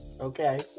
Okay